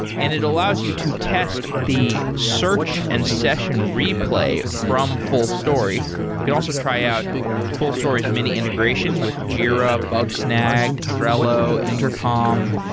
and it allows you to test the search and session replay from fullstory. you can also try out fullstory's mini integrations with jira, bugsnag, trello, intercom.